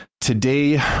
today